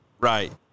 Right